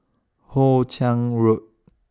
Hoe Chiang Road